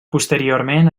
posteriorment